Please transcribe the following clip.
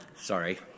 Sorry